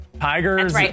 Tigers